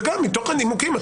גם מתוך הנימוקים.